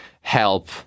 help